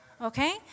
Okay